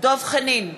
דב חנין,